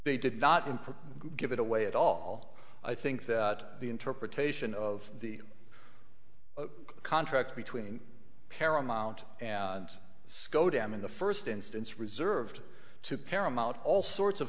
they did not improve give it away at all i think that the interpretation of the contract between paramount and sco dam in the first instance reserved to paramount all sorts of